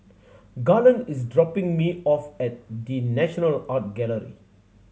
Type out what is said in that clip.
Garland is dropping me off at The National Art Gallery